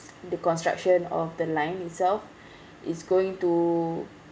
the construction of the line itself is going to